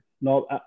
No